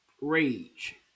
rage